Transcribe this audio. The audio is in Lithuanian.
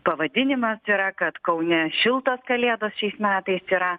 pavadinimas yra kad kaune šiltos kalėdos šiais metais yra